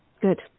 good